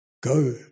Go